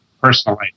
Personally